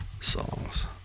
songs